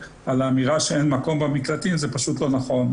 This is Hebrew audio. האמירה שאין מקום במקלטים זה פשוט לא נכון.